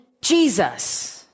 Jesus